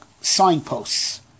signposts